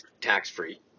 tax-free